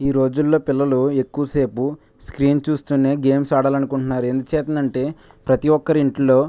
ఈ రోజుల్లో పిల్లలు ఎక్కువసేపు స్క్రీన్ చూస్తూనే గేమ్స్ ఆడాలనుకుంటున్నారు ఎందుచేతనంటే ప్రతీ ఒకరింట్లో